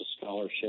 scholarship